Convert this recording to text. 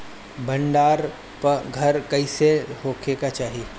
भंडार घर कईसे होखे के चाही?